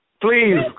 please